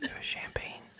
champagne